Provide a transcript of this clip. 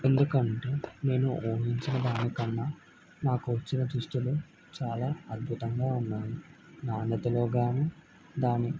ఎందుకంటే నేను ఊహించిన దాని కన్నా నాకు వచ్చిన దుస్తులు చాలా అద్భుతంగా ఉన్నాయి నాణ్యతలో కానీ దాని